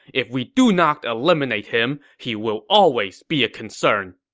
if we do not eliminate him, he will always be a concern.